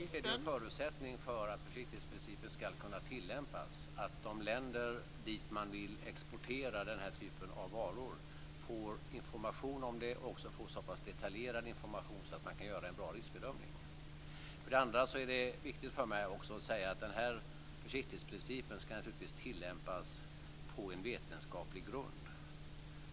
Fru talman! En förutsättning för att försiktighetsprincipen ska kunna tillämpas är för det första att de länder man vill exportera den här typen av varor till får så pass detaljerad information att man kan göra en bra riskbedömning. För det andra är det viktigt för mig att säga att försiktighetsprincipen naturligtvis ska tillämpas på en vetenskaplig grund.